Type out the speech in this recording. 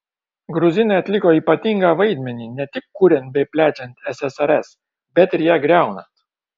gruzinai atliko ypatingą vaidmenį ne tik kuriant bei plečiant ssrs bet ir ją griaunant